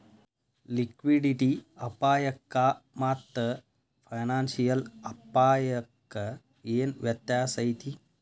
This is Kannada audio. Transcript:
ಲಿಕ್ವಿಡಿಟಿ ಅಪಾಯಕ್ಕಾಮಾತ್ತ ಫೈನಾನ್ಸಿಯಲ್ ಅಪ್ಪಾಯಕ್ಕ ಏನ್ ವ್ಯತ್ಯಾಸೈತಿ?